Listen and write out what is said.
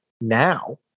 now